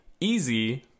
easy